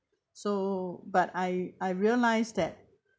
so but I I realise that